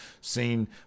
seen